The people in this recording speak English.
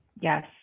Yes